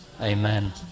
Amen